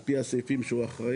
על פי הסעיפים שהוא האחראי,